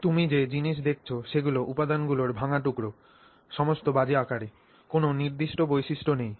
তুমি যে জিনিস দেখছ সেগুলো উপাদানগুলির ভাঙ্গা টুকরো সমস্ত বাজে আকারে কোনও নির্দিষ্ট বৈশিষ্ট্য নেই